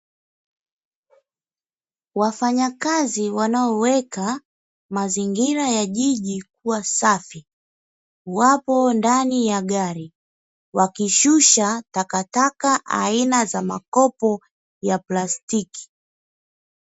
Wafanyakazi wanaoweka mazingira ya jiji kuwa safi, wapo ndani ya gari wakishusha takataka aina ya makopo ya plastiki.